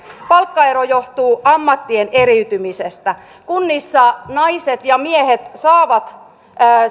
palkkaero johtuu ammattien eriytymisestä kunnissa naiset ja miehet saavat